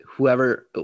whoever